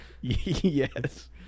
Yes